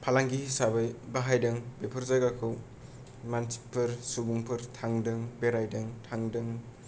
फालांगि हिसाबै बाहायदों बेफोर जायगाखौ मानसिफोर सुबुंफोर थांदों बेरायदों थांदों